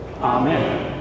Amen